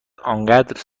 آنقدر